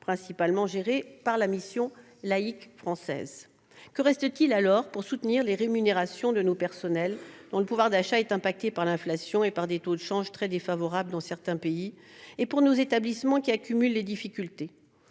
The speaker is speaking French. principalement gérés par la Mission laïque française. Que reste-t-il alors pour les rémunérations de nos personnels, dont le pouvoir d'achat est amputé par l'inflation et par des taux de change très défavorables dans certains pays ? de nos établissements, qui accumulent les difficultés ?